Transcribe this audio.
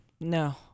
No